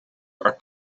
are